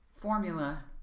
Formula